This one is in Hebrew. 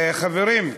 חברים,